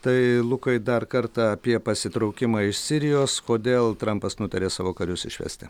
tai lukai dar kartą apie pasitraukimą iš sirijos kodėl trampas nutarė savo karius išvesti